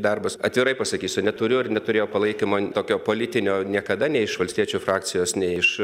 darbas atvirai pasakysiu neturiu ir neturėjau palaikymo tokio politinio niekada nei iš valstiečių frakcijos nei iš